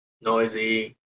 noisy